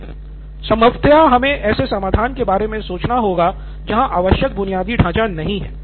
नितिन कुरियन संभवत हमें ऐसे समाधान के बारे में सोचना होगा जहां आवश्यक बुनियादी ढाँचा नहीं है